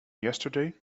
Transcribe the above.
yesterday